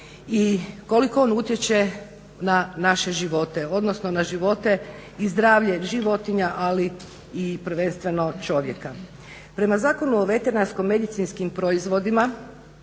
i koliko on utječe na naše živote, odnosno na živote i zdravlje životinja, ali i prvenstveno čovjeka. Prema Zakonu o veterinarsko-medicinskim proizvodima,